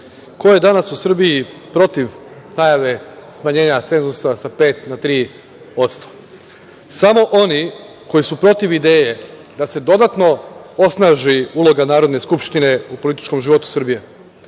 Ko je danas u Srbiji protiv najave smanjenja cenzusa sa 5% na 3%? Samo oni koji su protiv ideje da se dodatno osnaži uloga Narodne skupštine u političkom životu Srbije.